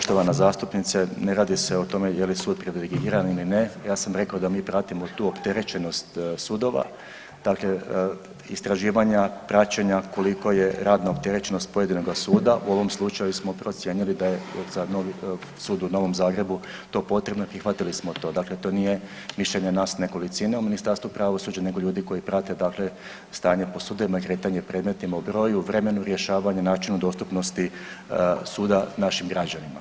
Poštovana zastupnice, ne radi se o tome je li sud privilegiran ili ne, ja sam rekao da mi pratimo tu opterećenost sudova, dakle istraživanja, praćenja koliko je radno opterećenost pojedinoga suda, u ovom slučaju smo procijenili da je za novi, sud u Novom Zagrebu to potrebno i prihvatili smo to, dakle to nije mišljenje nas nekolicine u Ministarstvu pravosuđa nego ljudi koji prate dakle stanje po sudovima i kretanje predmetima u broju, vremenu rješavanja, načinu dostupnosti suda našim građanima.